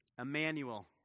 Emmanuel